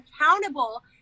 accountable